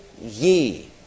ye